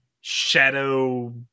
Shadow